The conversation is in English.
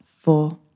four